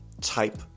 type